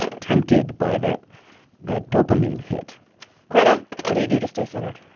tempted by that that dopamine hit greta, what do you do to stay centered?